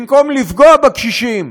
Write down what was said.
במקום לפגוע בקשישים,